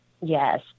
yes